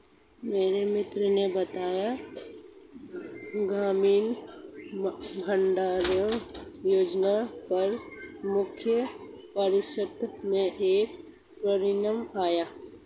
मेरे मित्र ने बताया ग्रामीण भंडारण योजना पर मुख्य परीक्षा में एक प्रश्न आया